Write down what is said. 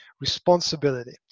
responsibility